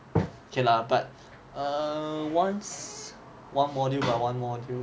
K lah but err once one module by one module